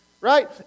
right